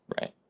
Right